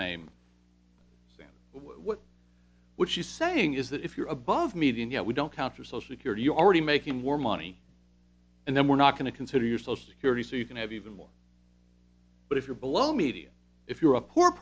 standard what what she's saying is that if you're above median you know we don't count your social security you're already making more money and then we're not going to consider your social security so you can have even more but if you're below media if you're a poor